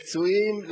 לפצועים,